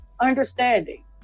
understanding